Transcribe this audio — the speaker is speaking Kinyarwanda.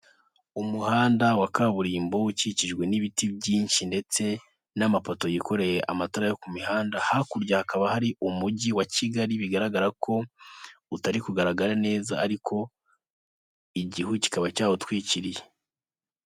Umuhanda wa kaburimbo ukikijwe n'ibiti byinshi ndetse n'amapoto yikoreye amatara yo ku mihanda, hakurya hakaba hari umujyi wa Kigali bigaragara ko utari kugaragara neza, ariko igihu kikaba cyawutwikiriye.